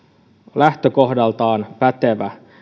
lähtökohdaltaan pätevä